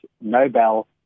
Nobel